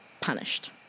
punished